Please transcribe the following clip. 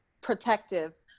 protective